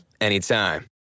anytime